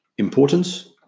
Importance